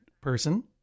person